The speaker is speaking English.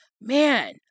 Man